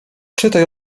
czytaj